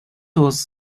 was